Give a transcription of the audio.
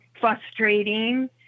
frustrating